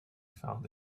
found